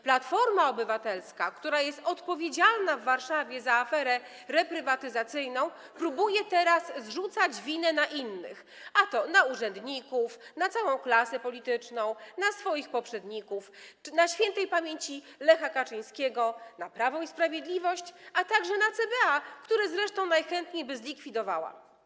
Platforma Obywatelska, która jest odpowiedzialna w Warszawie za aferę reprywatyzacyjną, próbuje teraz zrzucać winę na innych: a to na urzędników, na całą klasę polityczną, na swoich poprzedników, na śp. Lecha Kaczyńskiego, na Prawo i Sprawiedliwość, a także na CBA, które zresztą najchętniej by zlikwidowała.